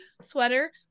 sweater